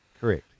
Correct